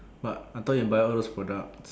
but I thought you will buy those products